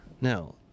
Now